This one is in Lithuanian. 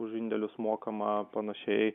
už indėlius mokama panašiai